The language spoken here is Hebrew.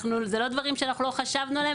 אלו לא דברים שלא חשבנו עליהם,